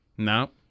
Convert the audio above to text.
No